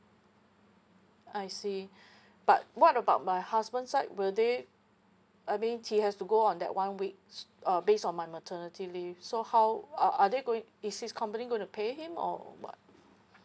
I see but what about my husband side will they I mean he has to go on that one week uh based on my maternity leave so how are are they going is his company gonna pay him or what